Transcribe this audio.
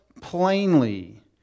plainly